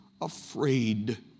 Afraid